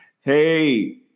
Hey